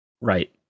right